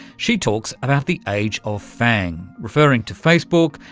she talks about the age of fang, referring to facebook,